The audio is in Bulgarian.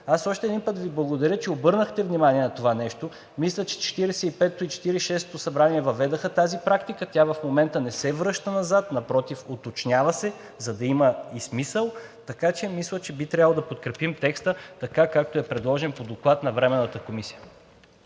Аз още един път Ви благодаря, че обърнахте внимание на това нещо. Мисля, че Четиридесет и петото и Четиридесет и шестото народно събрание въведоха тази практика, тя в момента не се връща назад, напротив – уточнява се, за да има смисъл. Така че мисля, че би трябвало да подкрепим текста, така както е предложен по Доклад на Временната комисия.